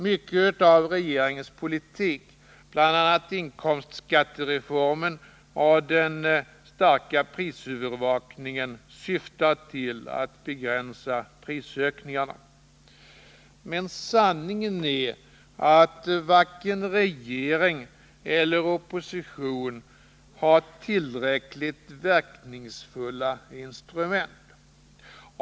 Mycket av regeringens politik, bl.a. inkomstskattereformen och den starka prisövervakningen syftar till att begränsa prisökningarna. Men sanningen är att varken regeringen eller oppositionen har tillräckligt verkningsfulla instrument.